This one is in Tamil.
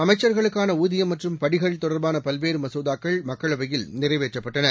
அமைச்சர்களுக்கான ஊதியம் மற்றும் படிகள் தொடர்பான பல்வேறு மசோதாக்கள் மக்களவையில் நிறைவேற்றப்பட்டன